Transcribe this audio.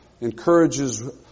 encourages